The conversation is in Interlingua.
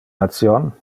ration